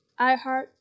iHeart